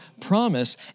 promise